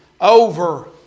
over